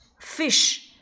Fish